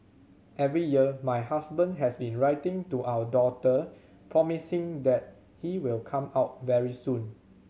every year my husband has been writing to our daughter promising that he will come out very soon